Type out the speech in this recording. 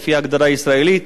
לפי ההגדרה הישראלית,